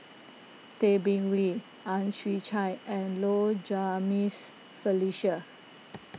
Tay Bin Wee Ang Chwee Chai and Low Jimenez Felicia